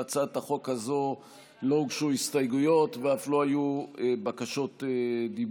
להצעת החוק הזאת לא הוגשו הסתייגויות ואף לא היו בקשות דיבור.